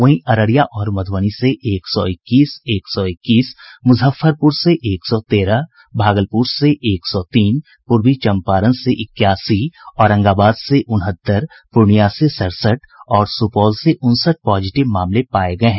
वहीं अररिया और मधुबनी से एक सौ इक्कीस एक सौ इक्कीस मुजफ्फरपुर से एक सौ तेरह भागलपुर से एक सौ तीन पूर्वी चंपारण से इक्यासी औरंगाबाद से उनहत्तर पूर्णियां से सड़सठ और सुपौल से उनसठ पॉजिटिव मामले पाये गये हैं